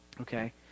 Okay